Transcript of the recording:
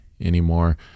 anymore